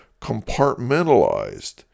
compartmentalized